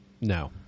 no